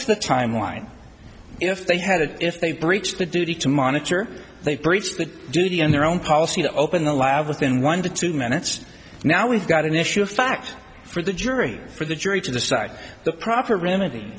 to the time line if they had to if they breached the duty to monitor they breached the duty on their own policy to open the lab within one to two minutes now we've got an issue of fact for the jury for the jury to decide the proper remedy